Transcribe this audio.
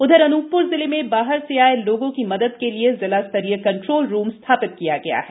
उधर अनूपप्र जिले में बाहर से आए लोगों की मदद के लिए जिला स्तरीय कंट्रोल स्थापित किया गया है